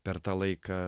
per tą laiką